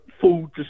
food